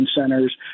centers